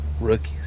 Rookies